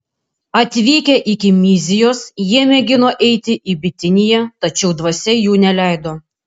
atvykę iki myzijos jie mėgino eiti į bitiniją tačiau dvasia jų neleido